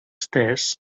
stairs